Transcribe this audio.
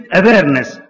awareness